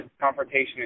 confrontation